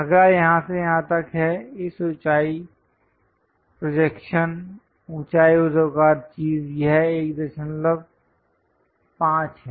अगला यहां से यहां तक है इस ऊंचाई प्रोजेक्शन ऊंचाई ऊर्ध्वाधर चीज यह 15 है